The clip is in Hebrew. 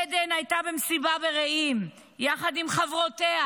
עדן הייתה במסיבה ברעים יחד עם חברותיה.